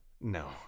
No